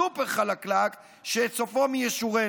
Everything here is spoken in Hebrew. סופר-חלקלק שאת סופו מי ישורנו.